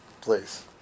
Please